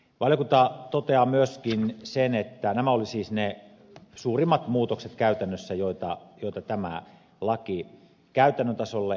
valiokunta toteaa myöskin sen että nämä olivat siis ne suurimmat muutokset käytännössä joita tämä laki käytännön tasolle tuo